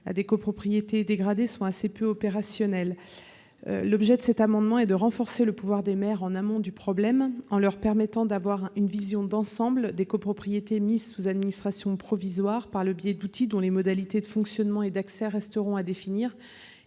aux copropriétés dégradées sont assez peu opérationnels. Cet amendement vise à renforcer leur pouvoir en amont afin de leur permettre d'avoir une vision d'ensemble des copropriétés placées sous administration provisoire par le biais d'outils dont les modalités de fonctionnement et d'accès resteront à définir.